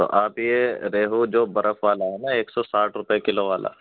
تو آپ یہ ریہو جو برف والا ہے نا ایک سو ساٹھ روپے کلو والا